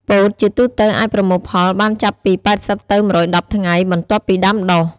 ពោតជាទូទៅអាចប្រមូលផលបានចាប់ពី ៨០ ទៅ ១១០ ថ្ងៃ បន្ទាប់ពីដាំដុះ។